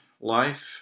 life